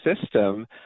system